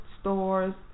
stores